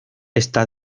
está